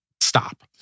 stop